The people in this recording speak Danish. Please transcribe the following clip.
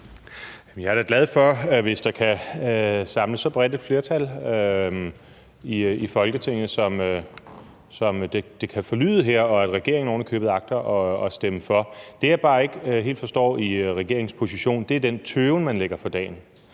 Jeg er da glad for det, hvis der kan samles så bredt et flertal i Folketinget, som det forlyder her, og hvis regeringen ovenikøbet agter at stemme for. Det, jeg bare ikke helt forstår i regeringens position, er den tøven, man lægger for dagen.